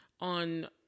on